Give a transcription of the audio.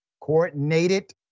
coordinated